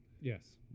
Yes